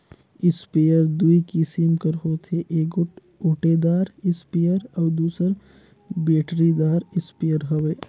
sprayer दूई किसिम कर होथे एगोट ओटेदार इस्परे अउ दूसर बेटरीदार इस्परे हवे